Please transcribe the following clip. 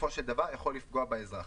בסופו של דבר יכול לפגוע באזרח.